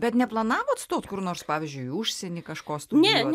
bet neplanavot stot kur nors pavyzdžiui į užsienį kažko studijuot